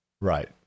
Right